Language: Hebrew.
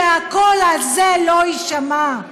שהקול הזה לא יישמע.